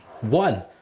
one